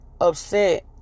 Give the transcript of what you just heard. upset